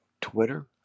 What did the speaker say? Twitter